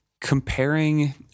comparing